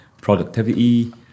Productivity